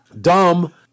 Dumb